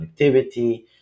connectivity